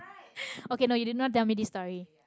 okay no you did not tell me this story